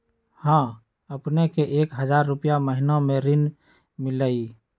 हां अपने के एक हजार रु महीने में ऋण मिलहई?